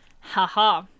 Haha